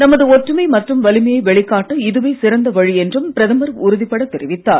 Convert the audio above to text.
நமது ஒற்றுமை மற்றும் வலிமையை வெளிக்காட்ட இதுவே சிறந்த வழி என்றும் பிரதமர் உறுதிபடத் தெரிவித்தார்